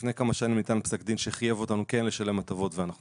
לפני כמה שנים ניתן פסק דין שחייב אותנו כן לשלם הטבות ואנחנו